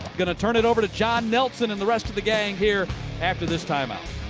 going to turn it over to john nelson and the rest of the gang here after this time-out.